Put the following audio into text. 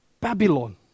Babylon